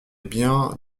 biens